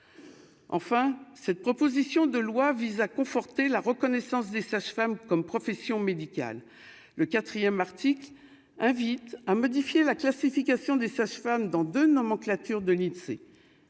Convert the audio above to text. enfin, cette proposition de loi vise à conforter la reconnaissance des sages-femmes comme profession médicale, le 4ème Arctique invite à modifier la classification des sages-femmes dans de nomenclature de l'Insee,